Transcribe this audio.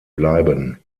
bleiben